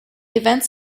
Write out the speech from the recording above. events